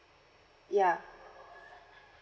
ya